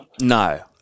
No